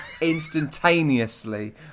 instantaneously